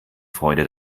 freude